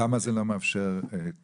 למה זה לא מאפשר תמונה?